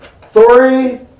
three